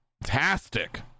fantastic